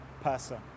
person